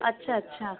अच्छा अच्छा